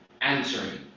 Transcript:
answering